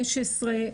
15,